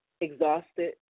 exhausted